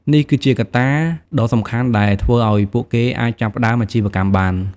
នេះគឺជាកត្តាដ៏សំខាន់ដែលធ្វើឱ្យពួកគេអាចចាប់ផ្តើមអាជីវកម្មបាន។